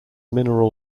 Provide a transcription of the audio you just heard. mineral